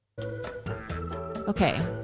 Okay